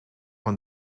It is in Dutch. een